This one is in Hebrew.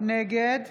נגד